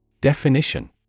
Definition